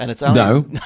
No